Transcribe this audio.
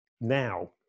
now